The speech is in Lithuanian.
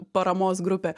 paramos grupė